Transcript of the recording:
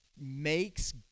makes